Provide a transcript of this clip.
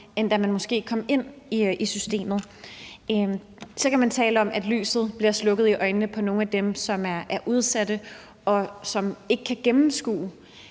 end da man kom ind i systemet. Så kan man tale om, at lyset bliver slukket i øjnene på nogle af dem, som er udsatte, og som ikke kan gennemskue,